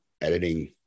editing